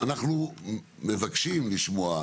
אנחנו מבקשים לשמוע,